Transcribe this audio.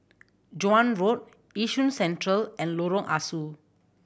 Joan Road Yishun Central and Lorong Ah Soo